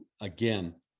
again